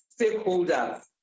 stakeholders